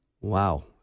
Wow